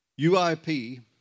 UIP